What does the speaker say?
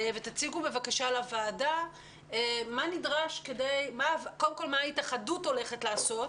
ותציגו בבקשה לוועדה מה ההתאחדות הולכת לעשות